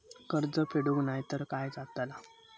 कर्ज फेडूक नाय तर काय जाताला?